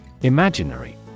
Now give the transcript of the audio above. Imaginary